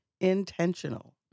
intentional